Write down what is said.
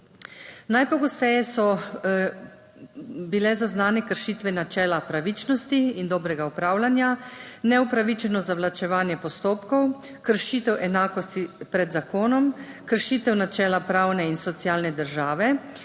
Najpogosteje so bile zaznane kršitve načela pravičnosti in dobrega upravljanja, neupravičeno zavlačevanje postopkov, kršitev enakosti pred zakonom, kršitev načela pravne in socialne države,